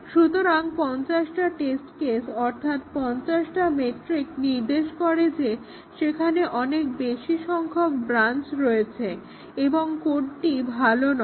সুতরাং পঞ্চাশটা test case অর্থাৎ 50টা McCabe's মেট্রিক নির্দেশ করে যে সেখানে অনেক বেশি সংখ্যক ব্রাঞ্চ রয়েছে এবং কোডটি ভালো নয়